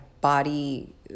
body